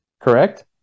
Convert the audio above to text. correct